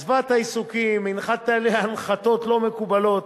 עזבה את העיסוקים, הנחתי עליה הנחתות לא מקובלות,